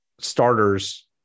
starters